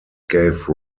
gave